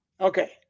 okay